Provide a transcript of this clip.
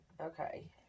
okay